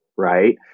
Right